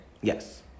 Yes